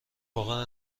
واقعا